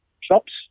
shops